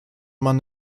man